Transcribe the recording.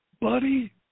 Buddy